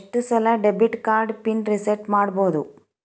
ಎಷ್ಟ ಸಲ debit card PIN reset ಮಾಡಬೋದು